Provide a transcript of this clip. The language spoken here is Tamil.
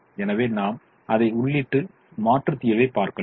எனவே நாம் அதை உள்ளிட்டு மாற்று தீர்வைப் பார்க்கலாம்